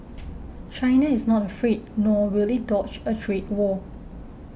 China is not afraid nor will it dodge a trade war